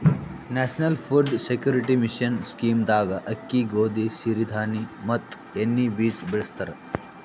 national food security mission scheme ದಾಗ ಅಕ್ಕಿ, ಗೋದಿ, ಸಿರಿ ಧಾಣಿ ಮತ್ ಎಣ್ಣಿ ಬೀಜ ಬೆಳಸ್ತರ